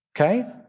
Okay